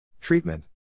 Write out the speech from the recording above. Treatment